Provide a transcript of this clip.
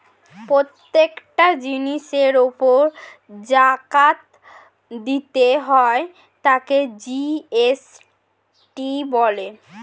প্রত্যেকটা জিনিসের উপর জাকাত দিতে হয় তাকে জি.এস.টি বলা হয়